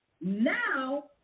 now